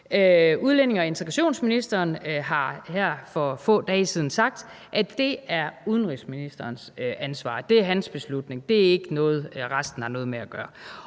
Udlændinge- og integrationsministeren har her for få dage siden sagt, at det er udenrigsministerens ansvar. Det er hans beslutning. Det er ikke noget, resten har noget at gøre